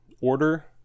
Order